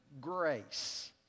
grace